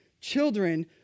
children